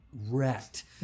wrecked